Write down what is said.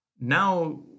now